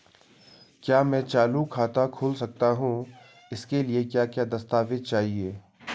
क्या मैं चालू खाता खोल सकता हूँ इसके लिए क्या क्या दस्तावेज़ चाहिए?